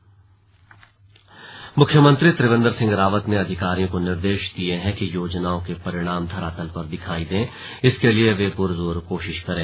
slug CM समीक्षा मुख्यमंत्री त्रिवेन्द्र सिंह रावत ने अधिकारियों को निर्देश दिये हैं कि योजनाओं के परिणाम धरातल पर दिखाई दें इसके लिए वे पुरजोर कोशिश करें